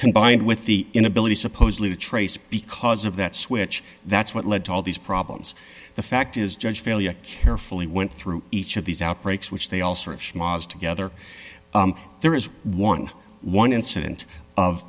combined with the inability supposedly to trace because of that switch that's what led to all these problems the fact is judge failure carefully went through each of these outbreaks which they all sort of schmaltz together there is eleven dollars incident of